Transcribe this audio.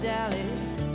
Dallas